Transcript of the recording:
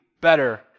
better